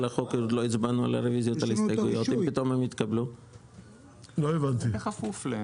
התיקון שאנו מציעים כעת